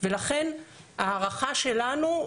ולכן הערכה שלנו,